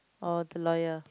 oh the lawyer